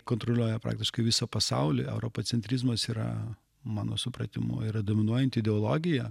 kontroliuoja praktiškai visą pasaulį europocentrizmas yra mano supratimu yra dominuojanti ideologija